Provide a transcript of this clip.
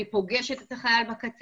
אני פוגשת את החייל בקצה,